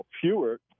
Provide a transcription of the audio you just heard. fewer